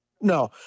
No